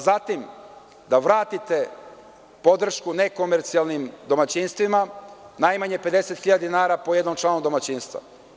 Zatim, trebalo bi da vratite podršku nekomercijalnim domaćinstvima, najmanje 50 hiljada dinara po jednom članu domaćinstva.